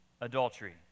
adultery